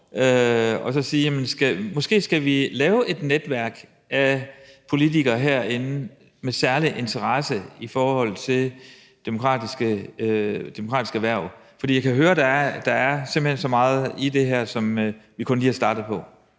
og så sige: Måske skal vi lave et netværk af politikere herinde med særlig interesse i demokratisk erhverv. For jeg kan høre, at der simpelt hen er så meget i det her, som vi kun lige er startet på.